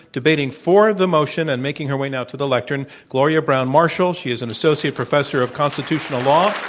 debating for the motion and making her way now to the lectern, gloria browne-marshall. she is an associate professor of constitutional law,